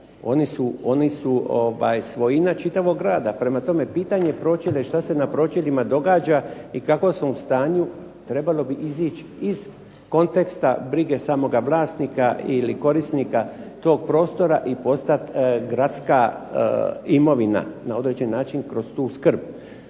oni su svojina čitavog grada, prema tome pitanje pročelja i šta se na pročeljima događa i u kakvom su stanju trebalo bi izić iz konteksta brige samoga vlasnika ili korisnika tog prostora i postati gradska imovina na određeni način kroz tu skrb.